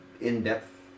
in-depth